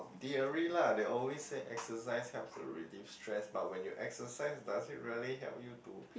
theory lah they always say exercise helps to relief stress but when you exercise does it really help you to